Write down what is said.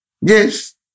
Yes